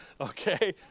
Okay